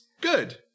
good